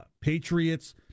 Patriots